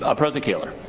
ah president kaler.